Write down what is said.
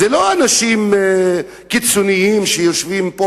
זה לא אנשים קיצוניים שיושבים פה